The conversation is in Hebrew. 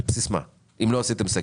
על בסיס מה אם לא עשיתם סקר?